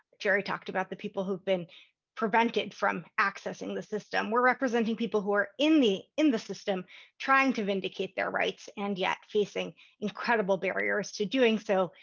gerry talked about the people who've been prevented from accessing the system. we're representing people who are in the in the system trying to vindicate their rights and yet facing incredible barriers to doing so,